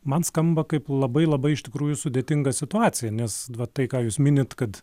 man skamba kaip labai labai iš tikrųjų sudėtinga situacija nes va tai ką jūs minit kad